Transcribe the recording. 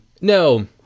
No